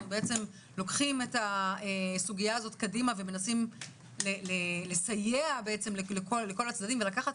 לוקחים את הסוגייה הזאת קדימה ומנסים לסייע בעצם לכל הצדדים ולקחת